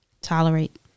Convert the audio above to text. Tolerate